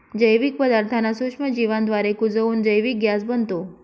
जैविक पदार्थांना सूक्ष्मजीवांद्वारे कुजवून जैविक गॅस बनतो